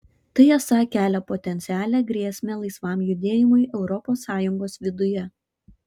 tai esą kelia potencialią grėsmę laisvam judėjimui europos sąjungos viduje